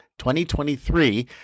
2023